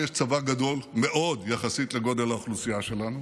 לנו יש צבא גדול מאוד יחסית לגודל האוכלוסייה שלנו,